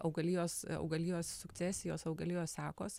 augalijos augalijos sukcesijos augalijos sekos